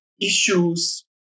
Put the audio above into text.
issues